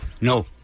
no